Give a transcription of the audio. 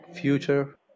Future